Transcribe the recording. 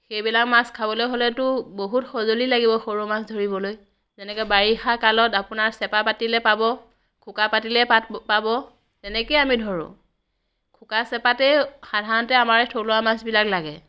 সেইবিলাক মাছ খাবলৈ হ'লেতো বহুত সঁজুলি লাগিব সৰু মাছ ধৰিবলৈ যেনেকৈ বাৰিষা কালত আপোনাৰ চেপা পাতিলে পাব খোকা পাতিলে পাত পাব তেনেকেই আমি ধৰোঁ খোকা চেপাতেই সাধাৰণতে আমাৰ এই থলুৱা মাছবিলাক লাগে